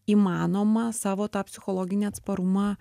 įmanoma savo tą psichologinį atsparumą